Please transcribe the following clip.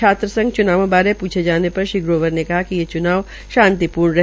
छात्र संघ च्नावों बारे प्छे जाने पर श्री ग्रोवर ने कहा कि ये चुनाव शांतिपूर्ण रहे